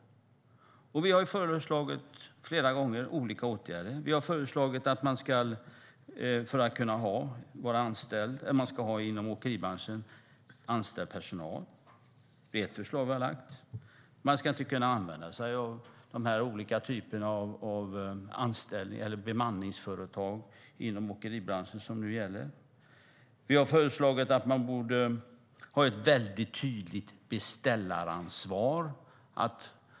Vi har flera gånger föreslagit olika åtgärder. Vi har föreslagit att man ska ha anställd personal inom åkeribranschen. Man ska inte som nu kunna använda sig av olika typer av bemanningsföretag inom åkeribranschen. Vi har föreslagit ett väldigt tydligt beställaransvar.